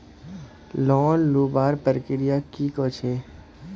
Loan लुबार प्रक्रिया की की छे?